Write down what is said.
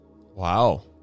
Wow